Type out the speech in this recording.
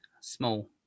small